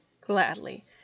gladly